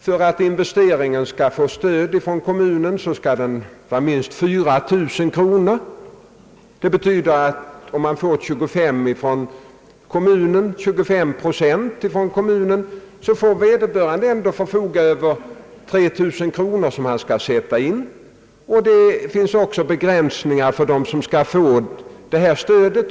För att investeringen skall få stöd från kommunen måste den uppgå till minst 4 000 kronor. Det betyder att om man får 25 procent av kommunen, så måste vederbörande ändå själv satsa över 3000 kronor. Det finns också andra begränsningar beträffande vilka som skall få stödet.